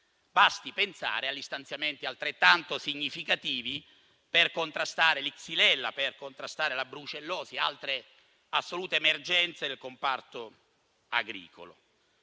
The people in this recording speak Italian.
Basti pensare agli stanziamenti altrettanto significativi per contrastare la Xylella, la brucellosi ed altre assolute emergenze del comparto agricolo.